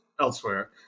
elsewhere